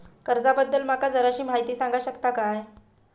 कर्जा बद्दल माका जराशी माहिती सांगा शकता काय?